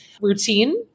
routine